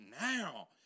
now